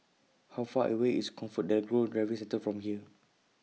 How Far away IS ComfortDelGro Driving Center from here